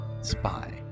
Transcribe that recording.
spy